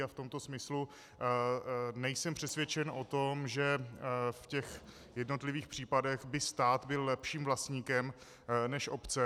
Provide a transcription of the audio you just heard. V tomto smyslu nejsem přesvědčen o tom, že v těch jednotlivých případech by stát byl lepším vlastníkem než obce.